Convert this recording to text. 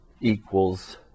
equals